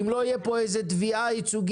אם לא תהיה פה איזה תביעה ייצוגית